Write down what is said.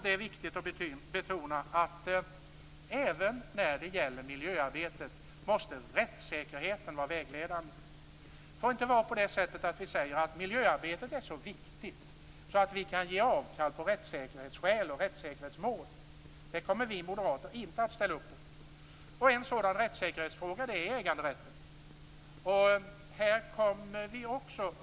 Det är viktigt att betona att rättssäkerheten måste vara vägledande även när det gäller miljöarbetet. Vi får inte säga att miljöarbetet är så viktigt att vi kan ge avkall på rättssäkerhetsskäl och rättssäkerhetsmål. Det kommer vi moderater inte att ställa upp på. En rättssäkerhetsfråga är äganderätten.